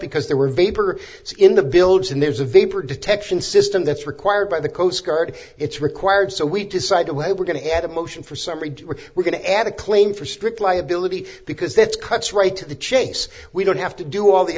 because there were vapor in the builds and there's a vapor detection system that's required by the coast guard it's required so we decided well we're going to add a motion for summary we're going to add a claim for strict liability because that's cuts right to the chase we don't have to do all the